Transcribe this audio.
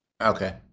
Okay